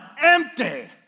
empty